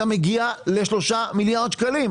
אתה מגיע ל-3 מיליארד שקלים.